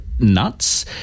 nuts